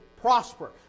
prosper